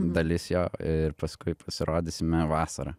dalis jo ir paskui pasirodysime vasarą